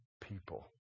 people